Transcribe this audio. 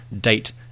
date